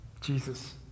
Jesus